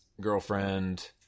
girlfriend